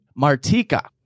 Martika